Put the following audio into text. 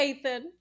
Ethan